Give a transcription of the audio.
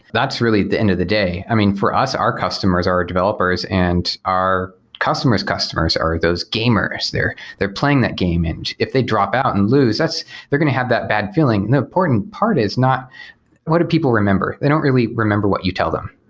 that's really the end of the day. i mean, for us, our customers our developers and our customer s customers are those gamers. they're they're playing that game, and if they drop out and lose, they're going to have that bad feeling. the important part is not what do people remember. they don't really remember what you tell them.